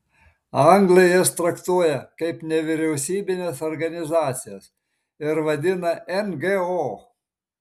anglai jas traktuoja kaip nevyriausybines organizacijas ir vadina ngo